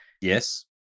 yes